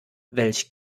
welch